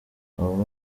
abo